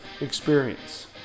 experience